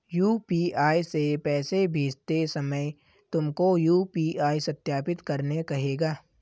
UPI से पैसे भेजते समय तुमको यू.पी.आई सत्यापित करने कहेगा